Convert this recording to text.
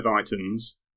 items